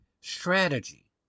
strategy